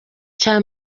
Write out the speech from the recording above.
cya